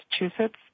Massachusetts